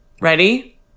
Ready